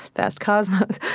vast cosmos.